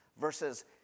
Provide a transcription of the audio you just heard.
versus